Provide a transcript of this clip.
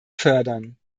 fördern